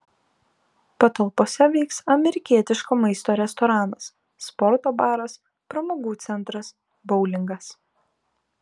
patalpose veiks amerikietiško maisto restoranas sporto baras pramogų centras boulingas